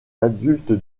adultes